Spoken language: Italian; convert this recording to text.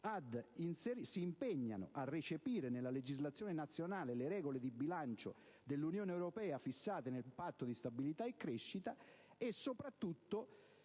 documento - «a recepire nella legislazione nazionale le regole di bilancio dell'Unione europea fissate nel patto di stabilità e crescita». E ancora: